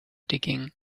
digging